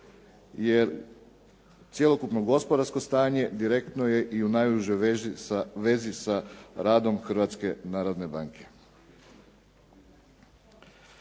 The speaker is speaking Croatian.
Jer cjelokupno gospodarsko stanje direktno je i u najužoj vezi sa radom Hrvatske narodne banke.